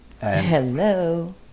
hello